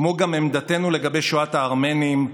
כמו גם עמדתנו לגבי שואת הארמנים,